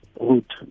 route